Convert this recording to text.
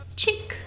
chick